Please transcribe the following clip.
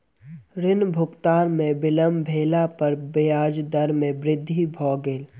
ऋण भुगतान में विलम्ब भेला पर ब्याज दर में वृद्धि भ गेल